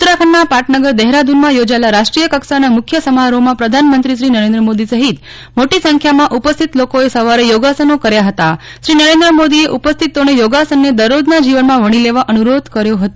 ઉત્તરાખંડના પાટનગર દહેરાદૂનમાં યોજાયેલા રાષ્ટ્રીય કક્ષાના મુખ્ય સમારોહમાં પ્રધાનમંત્રી શ્રી નરેન્દ્ર મોદી સહિત મોટી સંખ્યામાં ઉપસ્થિત લોકોએ સવારે યોગાસનો કર્યા હતા શ્રી નરેન્દ્ર મોદીએ ઉપસ્થિતોને યોગાસનને દરરોજના જીવનમાં વણી લેવા અનુરોધ કર્યો હતો